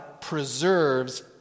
preserves